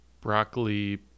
Broccoli